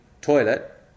toilet